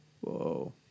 whoa